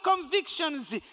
convictions